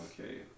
Okay